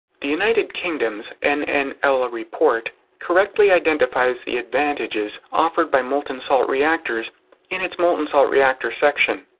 the united kingdom's and nnl report correctly identifies the advantages offered by molten salt reactors in its molten salt reactor section.